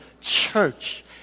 church